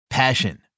Passion